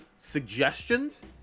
suggestions